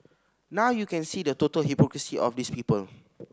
now you can see the total hypocrisy of these people